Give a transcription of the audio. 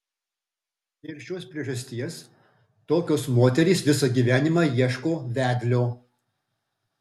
dėl šios priežasties tokios moterys visą gyvenimą ieško vedlio